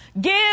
Give